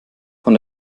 von